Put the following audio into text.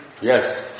Yes